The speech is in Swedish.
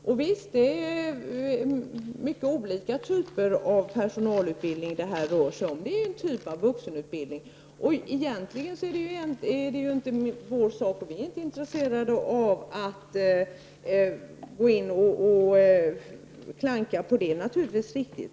Visst rör det sig om mycket olika typer av personalutbildning, men det gäller vuxenutbildning. Egentligen är det inte vår sak. Vi är inte intresserade av att gå in och klanka. Det är naturligtvis riktigt.